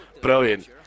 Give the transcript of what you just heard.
Brilliant